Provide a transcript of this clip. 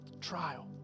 trial